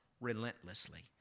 relentlessly